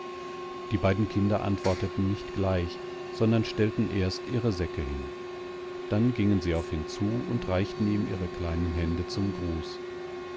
die beiden kinder antworteten nicht gleich sondern stellten erst ihre säcke hin dann gingen sie auf ihn zu und reichten ihm ihre kleinen hände zum gruß